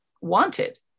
wanted